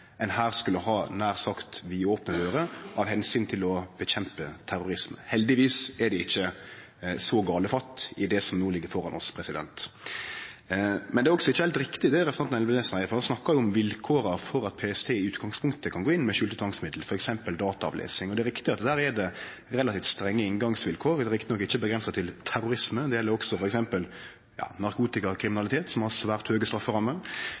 ein her skulle ha nær sagt vidopne dører av omsyn til å nedkjempe terrorisme. Heldigvis er det ikkje så gale fatt i det som no ligg føre oss. Men det er heller ikkje heilt riktig det representanten Elvenes seier når han snakkar om vilkåra for at PST i utgangspunktet kan gå inn med skjulte tvangsmiddel, f.eks. dataavlesing. Det er riktig at der er det relativt strenge inngangsvilkår. Dei er rett nok ikkje avgrensa til terrorisme, det gjeld òg f.eks. narkotikakriminalitet, som har svært høge strafferammer.